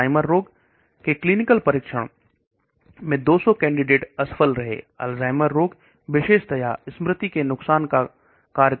Alzheimer रूप के clinical परीक्षण में 200 कैंडिडेट असफल रहे अल्जाइमर रोग विशेष दया स्मृति को नुकसान पहुंचाता है